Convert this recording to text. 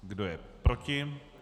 Kdo je proti?